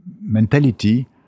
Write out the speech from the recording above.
mentality